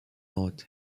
arts